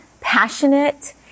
passionate